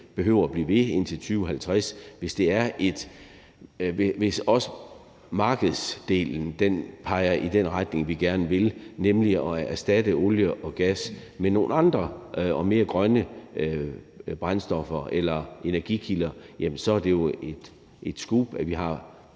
behøver at blive ved indtil 2050. Hvis også markedsdelen peger i den retning, vi gerne vil, nemlig at erstatte olie og gas med nogle andre og mere grønne brændstoffer eller energikilder, så er det jo et scoop, at vi har